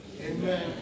Amen